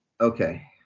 Okay